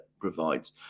provides